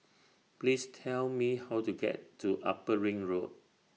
Please Tell Me How to get to Upper Ring Road